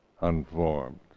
unformed